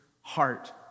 heart